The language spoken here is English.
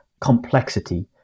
complexity